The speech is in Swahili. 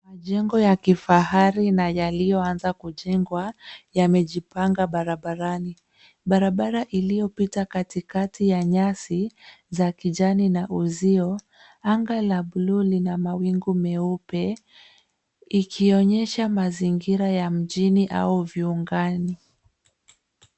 Majengo ya kifahari na yaliyoanza kujengwa, yamejipanga barabarani. Barabara iliyopita katikati ya nyasi za kijani na uzio. Anga la buluu lina mawingu meupe, ikionyesha mazingira ya mjini au viungani.